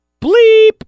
bleep